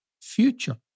future